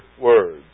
words